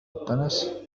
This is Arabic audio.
التنس